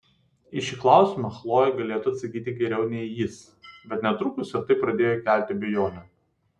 į šį klausimą chlojė galėtų atsakyti geriau nei jis bet netrukus ir tai pradėjo kelti abejonę